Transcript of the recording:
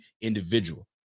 individual